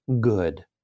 good